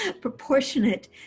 proportionate